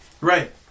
right